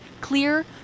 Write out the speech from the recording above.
Clear